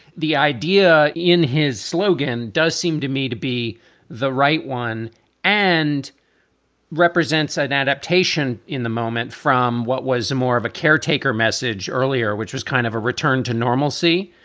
the idea in his slogan does seem to me to be the right one and represents an adaptation in the moment from what was more of a caretaker message earlier, which was kind of a return to normalcy.